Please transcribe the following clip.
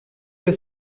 plus